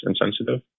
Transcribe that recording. insensitive